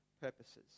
purposes